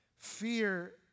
fear